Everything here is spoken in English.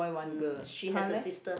mm she has a sister